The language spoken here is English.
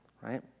right